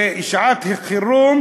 ושעת-חירום,